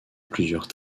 plusieurs